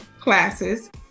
classes